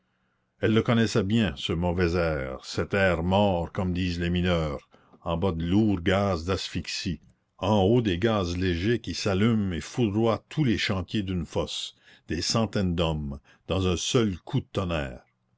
elle le connaissait bien ce mauvais air cet air mort comme disent les mineurs en bas de lourds gaz d'asphyxie en haut des gaz légers qui s'allument et foudroient tous les chantiers d'une fosse des centaines d'hommes dans un seul coup de tonnerre